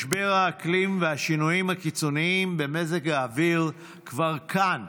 משבר האקלים והשינויים הקיצוניים במזג האוויר כבר כאן,